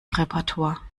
repertoir